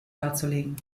darzulegen